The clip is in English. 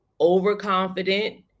overconfident